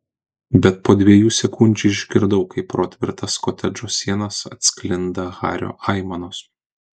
bet po dviejų sekundžių išgirdau kaip pro tvirtas kotedžo sienas atsklinda hario aimanos